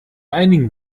einigen